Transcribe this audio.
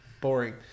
boring